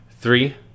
Three